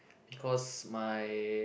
because my